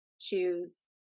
choose